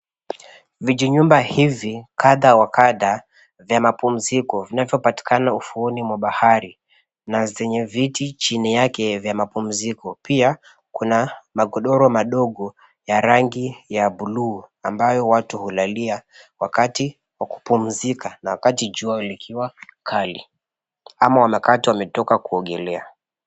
Vijinyumba hivi kadhaa wa kadhaa vya mapumziko vinavyopatikana ufuoni mwa bahari na zenye viti chini yake vya mapumziko, pia kuna magodoro madogo ya rangi ya buluu ambayo watu hulalia wakati wa kupumzika na wakati jua likiwa kali, ama wakati wametoka kuogelea.